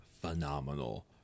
phenomenal